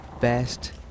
best